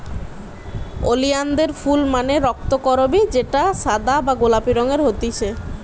ওলিয়ানদের ফুল মানে রক্তকরবী যেটা সাদা বা গোলাপি রঙের হতিছে